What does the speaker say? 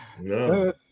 No